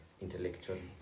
intellectually